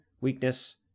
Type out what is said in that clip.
weakness